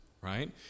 right